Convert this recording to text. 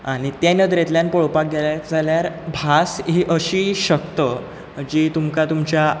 आनी ते नदरेंतल्यान पळोवपाक गेलें जाल्यार भास ही अशी शक्त जी तुमकां तुमच्या